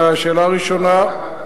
על השאלה הראשונה,